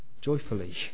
joyfully